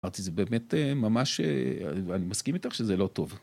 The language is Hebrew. אמרתי, זה באמת ממש... אני מסכים איתך שזה לא טוב.